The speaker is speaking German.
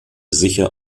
sicher